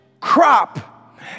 crop